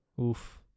oof